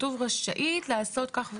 כתוב רשאית לעשות כך וכך.